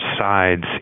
sides